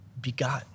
begotten